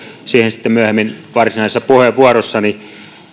siihen sitten myöhemmin varsinaisessa puheenvuorossani